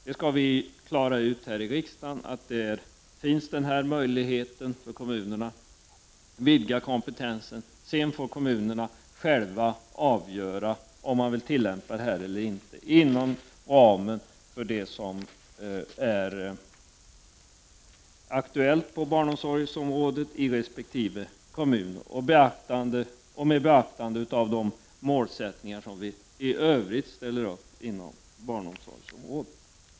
Vi skall klara ut här i riksdagen vilka möjligheter kommunerna skall ha och vidga kompetensen. Sedan får kommunerna själva avgöra om man vill tillämpa detta eller inte inom ramen för det som är aktuellt på barnomsorgsområdet i resp. kommun med beaktande av de målsättningar som vi i övrigt har inom barnomsorgsområdet.